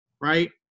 right